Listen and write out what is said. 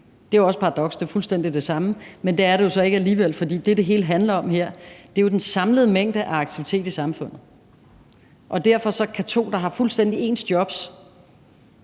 Det er jo også et paradoks; det er fuldstændig det samme. Men det er det jo så ikke alligevel, for det, som det hele handler om her, er jo den samlede mængde af aktivitet i samfundet. Og derfor kan to, der har fuldstændig ens jobs,